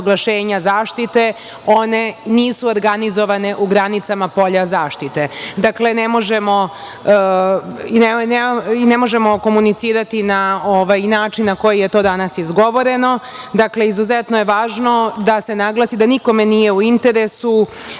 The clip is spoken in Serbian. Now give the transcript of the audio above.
zaštite nisu organizovane u granicama polja zaštite. Dakle, ne možemo komunicirati na način na koji je danas izgovoreno. Izuzetno je važno da se naglasi da nikome nije u interesu